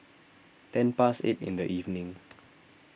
ten past eight in the evening